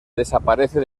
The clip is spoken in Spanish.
desaparece